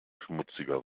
schmutziger